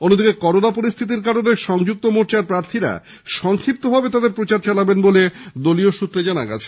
অন্যদিকে করোনা পরিস্থিতির কারণে সংযুক্ত মোর্চার প্রার্থীরা সংক্ষিপ্তভাবে তাদের প্রচার চালাবেন বলে দলীয় সূত্রে জানা গেছে